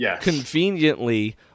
conveniently